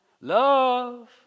Love